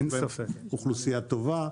יש בהם אוכלוסייה טובה.